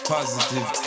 Positive